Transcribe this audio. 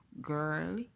girl